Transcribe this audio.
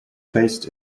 based